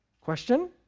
Question